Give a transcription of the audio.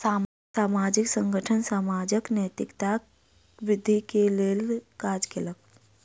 सामाजिक संगठन समाजक नैतिकता वृद्धि के लेल काज कयलक